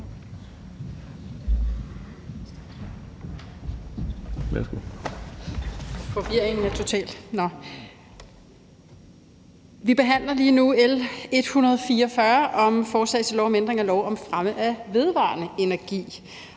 Vi behandler lige nu L 144 om forslag til lov om ændring af lov om fremme af vedvarende energi.